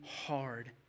hard